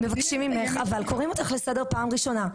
מבקשים ממך אבל קוראים אותך לסדר פעם ראשונה,